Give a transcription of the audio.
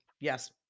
Yes